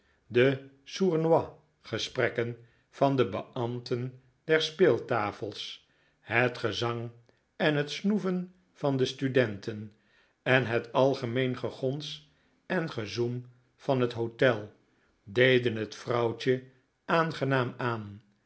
de sournois gesprekken van de beambten der speeltafels het gezang en het snoeven van de studenten en het algemeen gegons en gezoem van het hotel deden het vrouwtje aangenaam aan